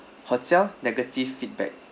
hotel negative feedback